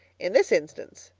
in this instance,